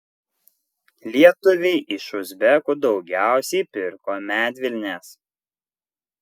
lietuviai iš uzbekų daugiausiai pirko medvilnės